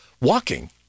walking